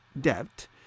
debt